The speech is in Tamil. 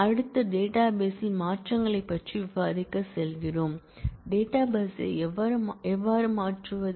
அடுத்து டேட்டாபேஸ்ல் மாற்றங்களைப் பற்றி விவாதிக்க செல்கிறோம் டேட்டாபேஸ் ஐ எவ்வாறு மாற்றுவது